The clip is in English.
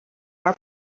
our